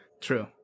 True